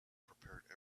prepared